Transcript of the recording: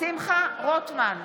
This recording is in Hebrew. שמחה רוטמן,